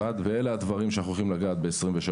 בשקף הזה אתם רואים את הדברים שאנחנו הולכים לגעת בהם ב-2023: